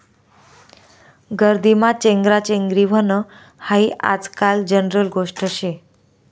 गर्दीमा चेंगराचेंगरी व्हनं हायी आजकाल जनरल गोष्ट शे